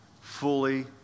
fully